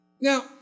Now